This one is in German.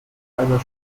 einer